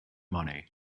money